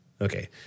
Okay